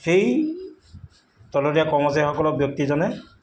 সেই তলতীয়া কৰ্মচাৰীসকলক ব্যক্তিজনে